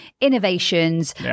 innovations